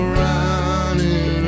running